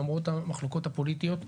למרות המחלוקות הפוליטיות,